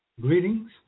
greetings